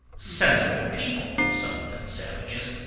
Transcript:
sensible people, some of them savages.